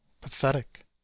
pathetic